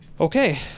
Okay